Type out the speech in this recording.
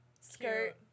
skirt